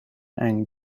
and